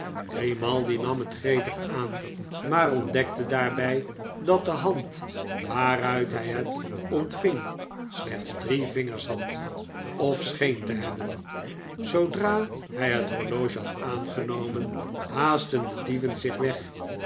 grimaldi nam het gretig aan maar ontdekte daarbij dat de hand waaruit hij het ontving slechts drie vingers had of scheen te hebben zoodra hij het horloge had aangenomen haastten de dieven zich weg